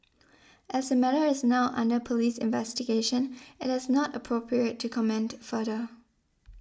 as the matter is now under police investigation it is not appropriate to comment further